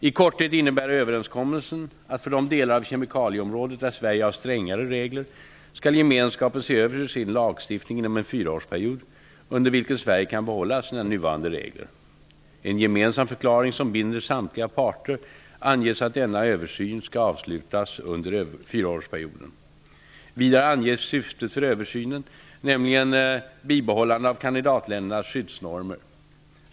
I korthet innebär överenskommelsen att för de delar av kemikalieområdet där Sverige har strängare regler skall gemenskapen se över sin lagstiftning inom en fyraårsperiod, under vilken Sverige kan behålla sina nuvarande regler. I en gemensam förklaring som binder samtliga parter anges att denna översyn skall avslutas under fyraårsperioden. Vidare anges syftet för översynen, nämligen bibehållande av kandidatländernas skyddsnormer.